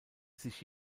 sich